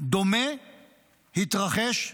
דומה התרחש,